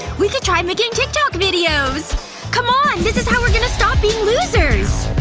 we could try making tik tok videos come on! this is how we're gonna stop being losers!